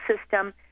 system